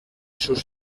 sus